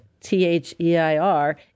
T-H-E-I-R